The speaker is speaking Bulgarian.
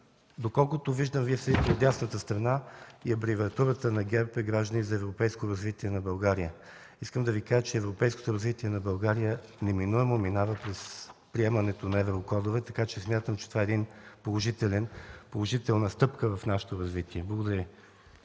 доколкото виждам, Вие седите от дясната страна. Абревиатурата на ГЕРБ е „Граждани за европейско развитие на България“. Искам да Ви кажа, че европейското развитие на България неминуемо минава през приемането на еврокодове, така че смятам това за една положителна стъпка в нашето развитие. Благодаря Ви.